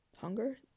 Hunger